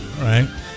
right